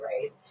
right